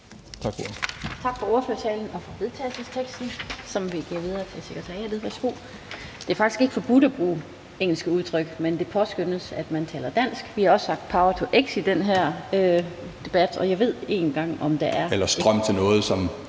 Tak for ordførertalen og for vedtagelsesteksten, som vi giver videre til sekretariatet. Værsgo. Det er faktisk ikke forbudt at bruge engelske udtryk, men det påskønnes, at man taler dansk. Vi har også haft power-to-x i den her debat. (Tommy Ahlers (V): Eller strøm-til-noget).